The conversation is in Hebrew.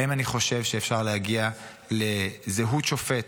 האם אני חושב שאפשר להגיע לזהות שופט,